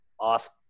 ask